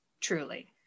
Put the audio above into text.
truly